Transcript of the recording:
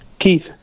Keith